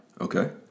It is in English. Okay